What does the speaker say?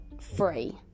free